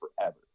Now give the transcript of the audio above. forever